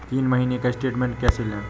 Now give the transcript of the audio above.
तीन महीने का स्टेटमेंट कैसे लें?